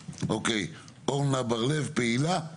אורנה בר לב, פעילה.